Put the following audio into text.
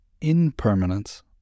impermanence